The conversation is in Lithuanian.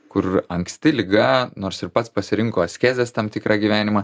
kur anksti liga nors ir pats pasirinko askezės tam tikrą gyvenimą